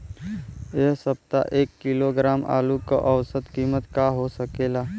एह सप्ताह एक किलोग्राम आलू क औसत कीमत का हो सकेला?